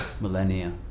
millennia